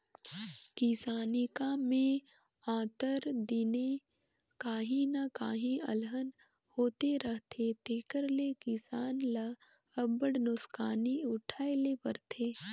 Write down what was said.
किसानी काम में आंतर दिने काहीं न काहीं अलहन होते रहथे तेकर ले किसान ल अब्बड़ नोसकानी उठाए ले परथे